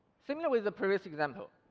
similar with the previous example,